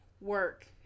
work